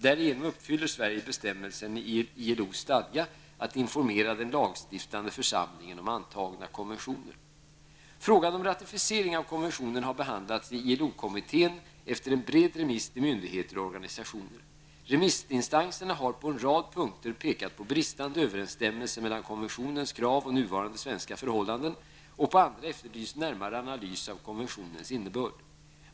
Därigenom uppfyller Sverige bestämmelsen i ILOs stadga att informera den lagstiftande församlingen om antagna konventioner. Frågan om ratificering av konventionen har behandlats i ILO-kommittén efter en bred remiss till myndigheter och organisationer. Remissinstanserna har på en rad punkter pekat på bristande överensstämmelse mellan konventionens krav och nuvarande svenska förhållanden och på andra efterlyst närmare analys av konventionens innebörd.